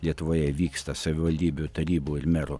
lietuvoje vyksta savivaldybių tarybų ir merų